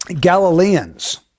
Galileans